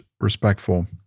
respectful